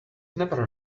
never